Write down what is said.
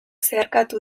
zeharkatu